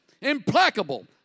implacable